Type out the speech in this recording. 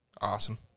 Awesome